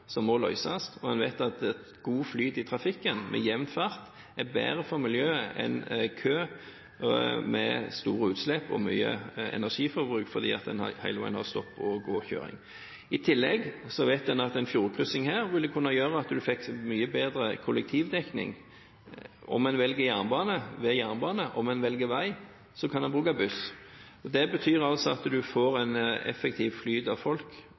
må løses. Og en vet at god flyt i trafikken, med jevn fart, er bedre for miljøet enn kø – med store utslipp og mye energiforbruk – fordi en da hele veien har stopp-og-gå-kjøring. I tillegg vet en at en fjordkryssing her ville kunne føre til mye bedre kollektivdekning. Om en velger jernbane, kan en bruke jernbane. Om en velger vei, kan en bruke buss. Det betyr at en får en effektiv flyt av folk